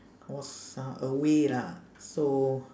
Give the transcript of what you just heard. was uh away lah so